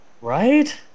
Right